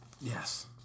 Yes